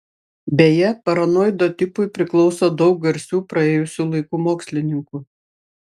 beje paranoido tipui priklauso daug garsių praėjusių laikų mokslininkų